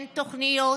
אין תוכניות,